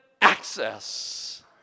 access